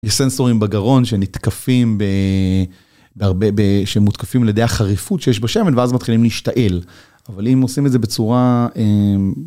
סנסורים בגרון שנתקפים בהרבה, שהם מותקפים לידי החריפות שיש בשמן ואז מתחילים להשתעל אבל אם עושים את זה בצורה.